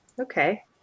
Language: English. Okay